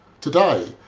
today